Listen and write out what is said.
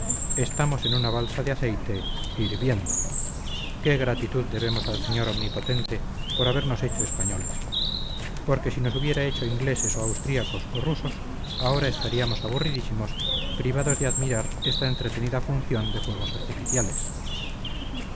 estamos en una balsa de aceite hirviendo qué gratitud debemos al señor omnipotente por habernos hecho españoles porque si nos hubiera hecho ingleses o austríacos o rusos ahora estaríamos aburridísimos privados de admirar esta entretenida función de fuegos artificiales